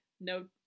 No